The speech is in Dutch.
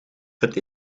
het